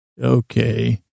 Okay